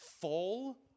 full